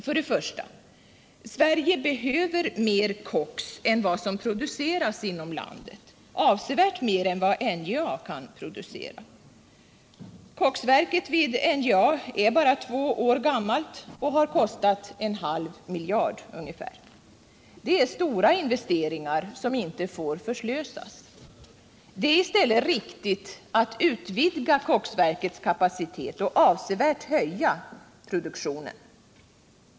För det första: Sverige behöver mer koks än vad som produceras inom landet, avsevärt mer än vad NJA kan producera. Koksverket vid NJA är bara två år gammalt och har kostat ca en halv miljard. Det är stora investeringar som inte får förslösas. Det är i stället riktigt att utvidga koksverkets kapacitet och avsevärt höja produktionen.